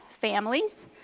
families